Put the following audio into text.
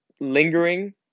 lingering